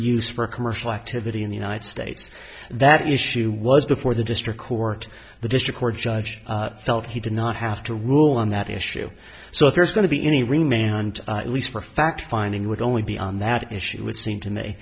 use for commercial activity in the united states that issue was before the district court the district court judge felt he did not have to rule on that issue so if there's going to be any remain and at least for a fact finding would only be on that issue w